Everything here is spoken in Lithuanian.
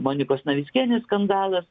monikos navickienės skandalas